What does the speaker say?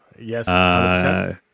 Yes